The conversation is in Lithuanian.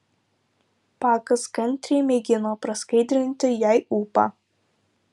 pakas kantriai mėgino praskaidrinti jai ūpą